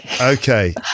Okay